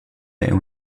der